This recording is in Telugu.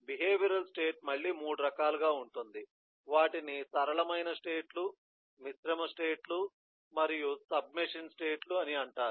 బిహేవియరల్ స్టేట్ మళ్లీ 3 రకాలుగా ఉంటుంది వాటిని సరళమైన స్టేట్ లు మిశ్రమ స్టేట్ లు మరియు సబ్ మెషిన్ స్టేట్ అని అంటారు